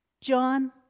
John